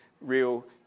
real